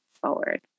forward